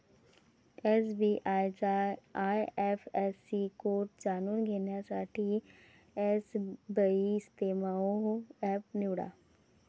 SBI चा IFSC code जाणून घेण्यासाठी एसबइस्तेमहो एप निवडा